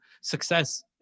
success